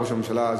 ראש הממשלה.